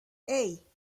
hey